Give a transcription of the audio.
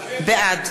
בעד